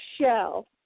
shell